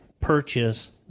purchase